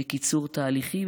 בקיצור תהליכים.